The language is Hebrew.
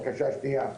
הבקשה השנייה,